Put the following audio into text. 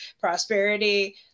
prosperity